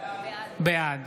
בעד